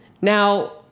Now